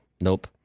nope